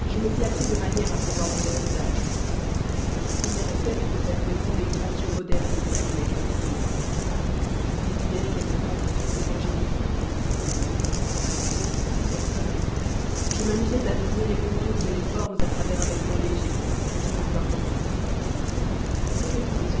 je me plaçai de manière à pouvoir en faire usage leur premier effet fut de faire baisser les grands yeux modestes de la céleste prude je considérai quelque temps cette figure angélique puis parcourant toute sa personne je m'amusais à deviner les contours les formes à travers un vêtement léger mais toujours importun après être